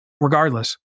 regardless